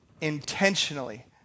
intentionally